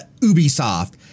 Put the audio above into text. Ubisoft